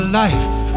life